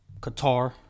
Qatar